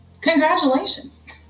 Congratulations